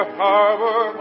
harbor